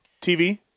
TV